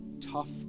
tough